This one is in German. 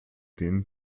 denen